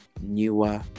newer